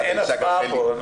אין הצבעה פה.